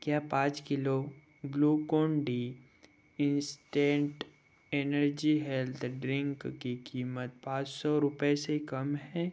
क्या पाँच kilo Glucon D instant energy health drink की कीमत पाँच सौ रुपए से कम है